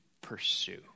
pursue